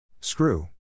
Screw